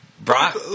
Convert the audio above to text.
Brock